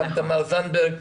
תמר זנדברג,